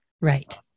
Right